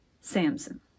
samson